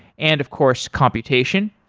and of course computation.